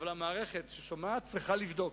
אבל המערכת ששומעת צריכה לבדוק,